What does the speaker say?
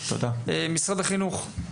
משרד החינוך,